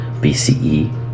BCE